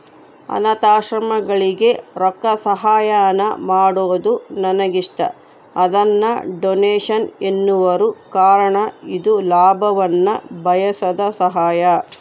ಅನಾಥಾಶ್ರಮಗಳಿಗೆ ರೊಕ್ಕಸಹಾಯಾನ ಮಾಡೊದು ನನಗಿಷ್ಟ, ಅದನ್ನ ಡೊನೇಷನ್ ಎನ್ನುವರು ಕಾರಣ ಇದು ಲಾಭವನ್ನ ಬಯಸದ ಸಹಾಯ